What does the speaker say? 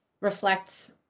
reflect